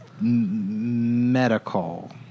Medical